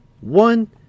One